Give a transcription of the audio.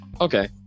Okay